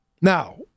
Now